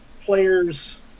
players